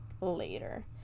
later